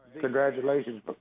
congratulations